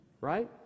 Right